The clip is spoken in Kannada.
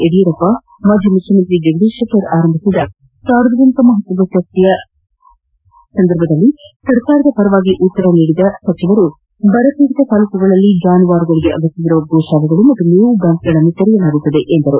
ಯಡಿಯೂರಪ್ಪ ಮಾಜಿ ಮುಖ್ಯಮಂತ್ರಿ ಜಗದೀಶ್ ಶೆಟ್ಟರ್ ಆರಂಭಿಸಿದ ಸಾರ್ವಜನಿಕ ಮಹತ್ತದ ಚರ್ಚೆಗೆ ಸರ್ಕಾರದ ಪರವಾಗಿ ಉತ್ತರಿಸಿದ ಸಚಿವರು ಬರಪೀಡಿತ ತಾಲೂಕುಗಳಲ್ಲಿ ಜಾನುವಾರುಗಳಿಗೆ ಅಗತ್ತವಿರುವ ಗೋ ಶಾಲೆ ಹಾಗೂ ಮೇವು ಬ್ಲಾಂಕುಗಳನ್ನು ತೆರೆಯಲಾಗುವುದು ಎಂದರು